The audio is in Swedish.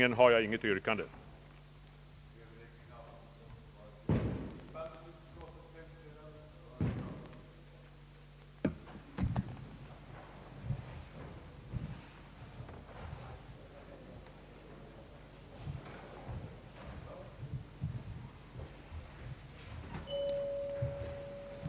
syfte att från arvsskatt befria ideell stiftelse och sammanslutning som främjade t.ex. religiösa, välgörande eller eljest allmännyttiga ändamål samt folketshusförening, bygdegårdsförening eller annan liknande sammanslutning som hade till främsta syfte att anordna eller tillhandahålla allmän samlingslokal.